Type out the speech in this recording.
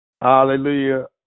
hallelujah